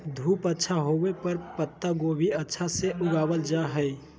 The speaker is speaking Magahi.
धूप अच्छा होवय पर पत्ता गोभी अच्छा से उगावल जा हय